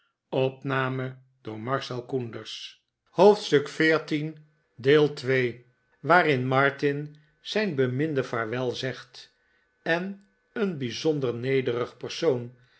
hoofdstuk xiv waarin martin zijn beminde vaarwel zegt en een bijzonder nederig persoon